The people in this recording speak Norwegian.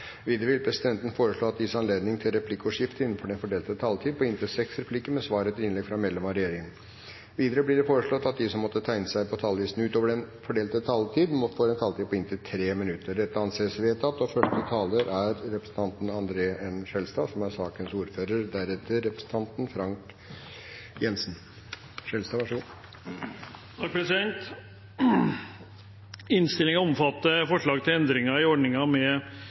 Videre vil presidenten foreslå at det gis anledning til replikkordskifte på inntil seks replikker med svar etter innlegg fra medlem av regjeringen innenfor den fordelte taletid. Videre blir det foreslått at de som måtte tegne seg på talerlisten utover den fordelte taletid, får en taletid på inntil 3 minutter. – Det anses vedtatt.